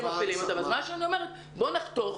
אז מה שאני אומרת בואו נחתוך